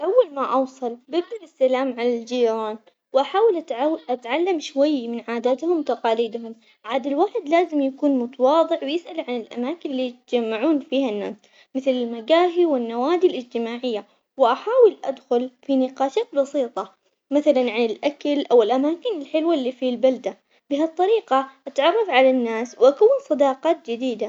أول ما أوصل ببدا بالسلام على الجيران وأحاول أتعو- أتعلم شوي من عاداتهم وتقاليدهم، عاد الواحد لازم يكون متواضع ويسأل عن الأماكن اللي يتجمعون فيها الناس، مثل المقاهي والنوادي الاجتماعية واحاول أدخل في نقاشات بسيطة مثلاً عن الأكل أو الأماكن الحلوة اللي في البلدة، بهالطريقة أتعرف على الناس وأكون صداقات جديدة.